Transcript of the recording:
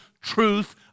truth